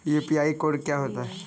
UPI code क्या होता है?